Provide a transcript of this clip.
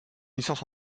licence